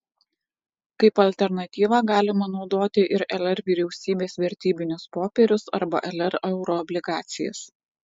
kaip alternatyvą galima naudoti ir lr vyriausybės vertybinius popierius arba lr euroobligacijas